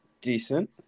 decent